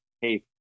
Hey